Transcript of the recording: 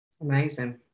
Amazing